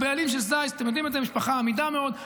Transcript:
הבעלים של סלייס הם משפחה אמידה מאוד,